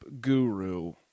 guru